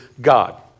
God